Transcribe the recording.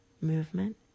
movement